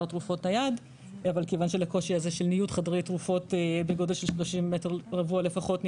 תרופות נייד אבל כיוון שיש קושי בניוד חדרי תרופות בגודל של 30 מ"ר לפחות,